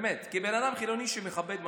באמת, כאדם חילוני שמכבד מסורת.